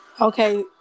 Okay